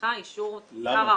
שצריכה אישור שר האוצר.